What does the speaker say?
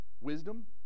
Wisdom